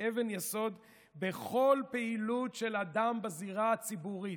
כאבן יסוד בכל פעילות של אדם בזירה הציבורית.